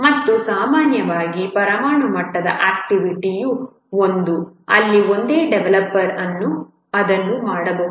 ಮತ್ತು ಸಾಮಾನ್ಯವಾಗಿ ಪರಮಾಣು ಮಟ್ಟದ ಆಕ್ಟಿವಿಟಿಯು ಒಂದು ಅಲ್ಲಿ ಒಂದೇ ಡೆವಲಪರ್ ಅದನ್ನು ಮಾಡಬಹುದು